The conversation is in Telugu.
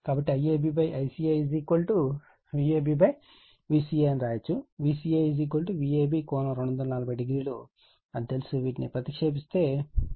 కాబట్టి IAB ICA Vab Vca అని వ్రాయవచ్చు మరియు Vca Vab ∠240o అని తెలుసు వీటిని ప్రతిక్షేపించండి